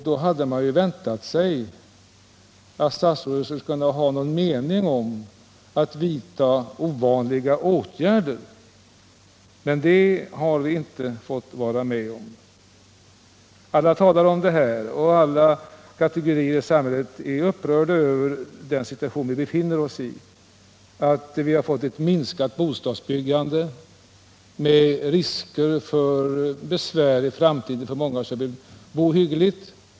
Då hade man ju väntat sig att statsrådet skulle ha någon mening om hur man skall kunna vidta ovanliga åtgärder, men det har vi inte fått vara med om. Alla talar om det här problemet, och alla kategorier i samhället är upprörda över den situation vi befinner oss i. Vi har fått en minskning av bostadsbyggandet med risk för att det uppstår besvär i framtiden för många som vill bo hyggligt.